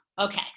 Okay